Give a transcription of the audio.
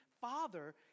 Father